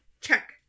check